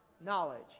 knowledge